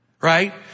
Right